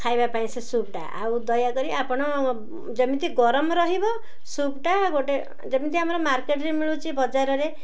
ଖାଇବା ପାଇଁ ସେ ସୁପ୍ଟା ଆଉ ଦୟାକରି ଆପଣ ଯେମିତି ଗରମ ରହିବ ସୁପ୍ଟା ଗୋଟେ ଯେମିତି ଆମର ମାର୍କେଟରେ ମିଳୁଛି ବଜାରରେ